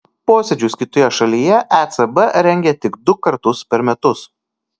posėdžius kitoje šalyje ecb rengia tik du kartus per metus